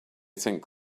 think